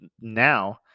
now